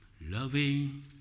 loving